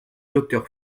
docteur